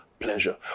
pleasure